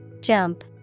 Jump